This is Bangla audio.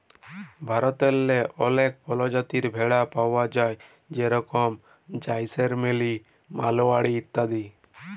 ভারতেল্লে অলেক পরজাতির ভেড়া পাউয়া যায় যেরকম জাইসেলমেরি, মাড়োয়ারি ইত্যাদি